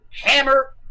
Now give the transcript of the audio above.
hammer